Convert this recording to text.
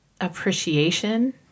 appreciation